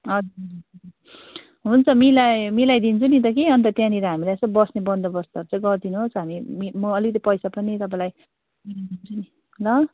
हजुर हुन्छ मिलाइ मिलाइदिन्छु नि त कि अन्त त्यहाँनिर हामीलाई यसो बस्ने बन्दोबस्त चाहिँ गरिदिनु होस् हामी म अलिकति पैसा पनि तपाईँलाई गरिदिन्छु नि ल